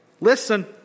Listen